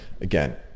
again